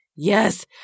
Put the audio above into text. Yes